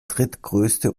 drittgrößte